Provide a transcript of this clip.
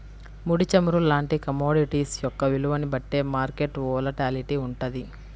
ముడి చమురు లాంటి కమోడిటీస్ యొక్క విలువని బట్టే మార్కెట్ వోలటాలిటీ వుంటది